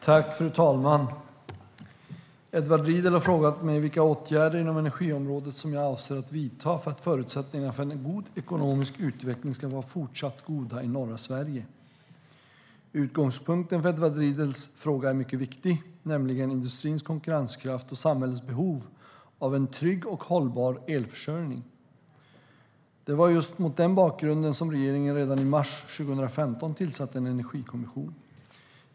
Svar på interpellationer Fru talman! Edward Riedl har frågat mig vilka åtgärder inom energiområdet som jag avser att vidta för att förutsättningarna för en positiv ekonomisk utveckling även fortsättningsvis ska vara goda i norra Sverige. Utgångspunkten för Edvard Riedls fråga är mycket viktig, nämligen industrins konkurrenskraft och samhällets behov av en trygg och hållbar elförsörjning. Det var just mot den bakgrunden som regeringen redan i mars 2015 tillsatte en energikommission.